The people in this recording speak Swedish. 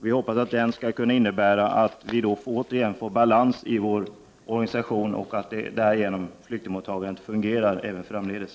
Vi hoppas att den skall kunna innebära att vi återigen får balans i vår organisation och att flyktingmottagandet därigenom fungerar även framdeles.